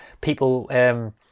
people